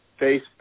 Facebook